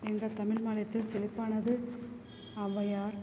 எங்கள் தமிழ் மாநிலத்தில் செழிப்பானது ஔவையார்